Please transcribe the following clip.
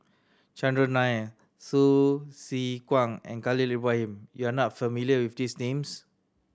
Chandran Nair Hsu Tse Kwang and Khalil Ibrahim you are not familiar with these names